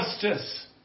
justice